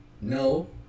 no